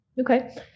Okay